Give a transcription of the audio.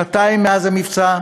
שנתיים מאז המבצע,